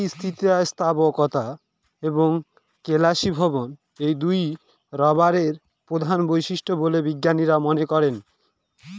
অতি স্থিতিস্থাপকতা এবং কেলাসীভবন এই দুইই রবারের প্রধান বৈশিষ্ট্য বলে বিজ্ঞানীরা মনে করেন